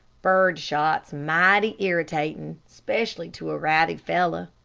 bird shot's mighty irritatin' specially to a wrathy fellow,